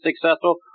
successful